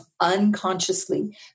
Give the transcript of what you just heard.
unconsciously